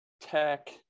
tech